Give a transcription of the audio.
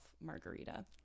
margarita